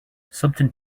something